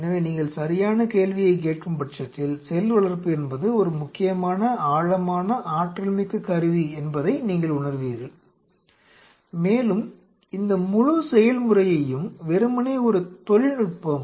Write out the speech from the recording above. எனவே நீங்கள் சரியான கேள்வியை கேக்கும் பட்சத்தில் செல் வளர்ப்பு என்பது ஒரு முக்கியமான ஆழமான ஆற்றல்மிக்க கருவி என்பபதை நீங்கள் உணர்வீர்கள் மேலும் இந்த முழு செயல்முறையையும் வெறுமனே ஒரு தொழில்நுட்பம்